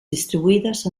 distribuïdes